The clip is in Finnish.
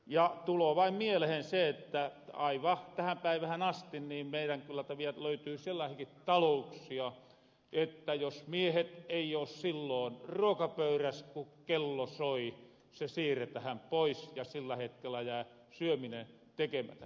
ja tuloo vain mielehen se että aivan tähän päivähän asti meirän kylältä viel löytyy sellaasiaki talouksia että jos miehet ei oo silloon ruokapöyräs ku kello soi ruoka siirretähän pois ja sillä hetkellä jää syöminen tekemätä